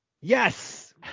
Yes